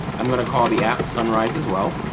i'm going to call the app sunrise as well.